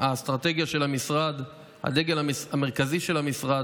שהדגל המרכזי של המשרד,